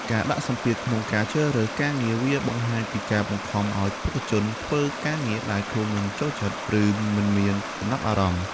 ការដាក់សម្ពាធក្នុងការជ្រើសរើសការងារវាបង្ហាញពីការបង្ខំឲ្យបេក្ខជនធ្វើការងារដែលខ្លួនមិនចូលចិត្ត ឬមិនមានចំណាប់អារម្មណ៍។